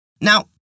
Now